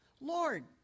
Lord